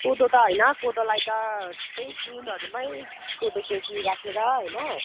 कोदो त होइन कोदोलाई त त्यही जुनहरूमै कोदोको बिउ राखेर होइन